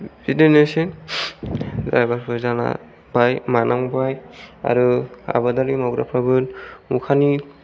बिदिनोसै ड्रायभार फोर जानांबाय मानांबाय आरो आबादारि मावग्राफ्राबो अखानि